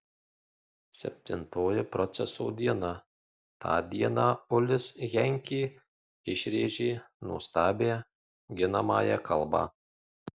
septintoji proceso diena tą dieną ulis henkė išrėžė nuostabią ginamąją kalbą